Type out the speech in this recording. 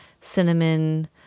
cinnamon